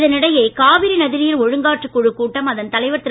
இதனிடையே காவிரி நதிநீர் ஒழுங்காற்றுக் குழுக்கூட்டம் அதன் தலைவர் திரு